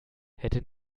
hätte